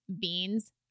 beans